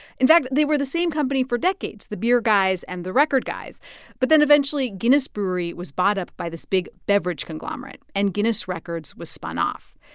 in fact, they were the same company for decades, the beer guys and the record guys but then eventually guinness brewery was bought up by this big beverage conglomerate, and guinness records was spun off.